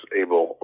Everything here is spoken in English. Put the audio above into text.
able